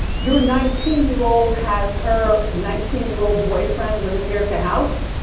your nineteen year old has her nineteen year old boyfriend living there at the house?